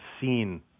seen